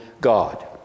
God